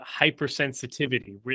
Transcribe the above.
hypersensitivity